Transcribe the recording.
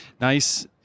nice